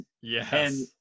yes